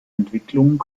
entwicklung